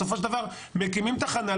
בסופו של דבר מקימים תחנה,